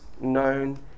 known